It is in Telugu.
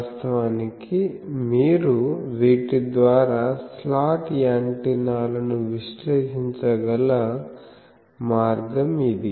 వాస్తవానికి మీరు వీటి ద్వారా స్లాట్ యాంటెన్నాలను విశ్లేషించగల మార్గం ఇది